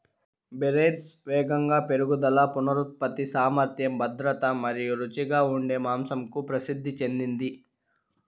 Berkshires వేగంగా పెరుగుదల, పునరుత్పత్తి సామర్థ్యం, శుభ్రత మరియు రుచిగా ఉండే మాంసంకు ప్రసిద్ధి చెందింది